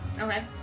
Okay